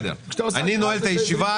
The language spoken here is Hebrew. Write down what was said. בסדר, אני נועל את הישיבה.